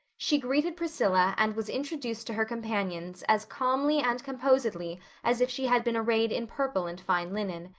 she greeted priscilla and was introduced to her companions as calmly and composedly as if she had been arrayed in purple and fine linen.